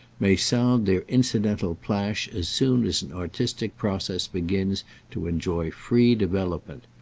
may sound their incidental plash as soon as an artistic process begins to enjoy free development.